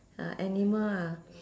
a animal ah